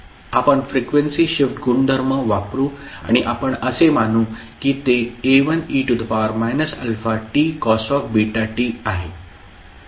आपण frequency shift गुणधर्म वापरू आणि आपण असे मानू की ते A1e αtcos βt आहे